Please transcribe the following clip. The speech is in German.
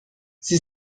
sie